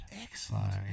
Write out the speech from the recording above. Excellent